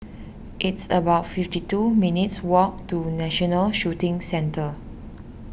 it's about fifty two minutes' walk to National Shooting Centre